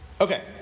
Okay